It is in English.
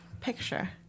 Picture